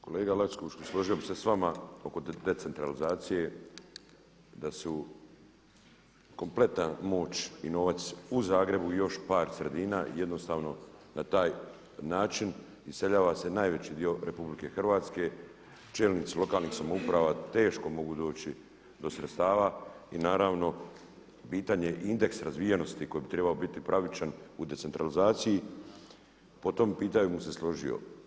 Kolega Lackoviću složio bih se s vama oko decentralizacije da su kompletna moć i novac u Zagrebu i još par sredina i jednostavno na taj način iseljava se najveći dio RH, čelnici lokalnih samouprava teško mogu doći do sredstava i naravno pitanje indeksa razvijenosti koji bi trebao biti pravičan u decentralizaciji po tom pitanju bi se složio.